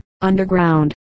Underground